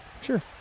sure